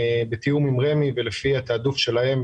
בתיאום עם רמ"י ולפי התעדוף שלהם